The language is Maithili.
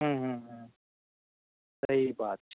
ह्म्म ह्म्म ह्म्म सही बात छै